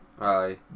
Aye